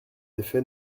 effet